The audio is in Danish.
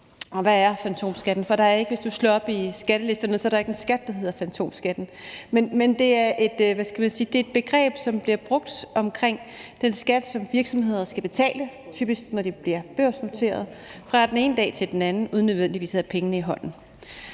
hvad er fantomskatten? Hvis du slår op i skattelisterne, er der ikke en skat, der hedder fantomskatten. Men det er et begreb, som bliver brugt om den skat, som virksomheder skal betale, typisk når de bliver børsnoteret, fra den ene dag til den anden uden nødvendigvis at have fået penge i hånden.